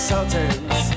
Sultans